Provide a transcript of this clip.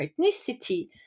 ethnicity